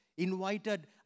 invited